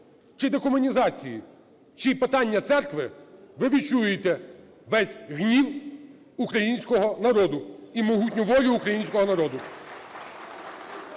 чи декомунізації, чи питання церкви, ви відчуєте весь гнів українського народу і могутню волю українського народу.